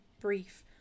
brief